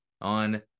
on